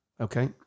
Okay